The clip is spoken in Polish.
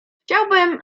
chciałbym